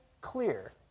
clear